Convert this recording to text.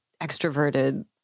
extroverted